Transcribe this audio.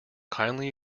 kindly